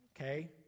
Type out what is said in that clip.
okay